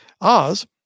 oz